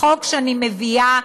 החוק שאני מביאה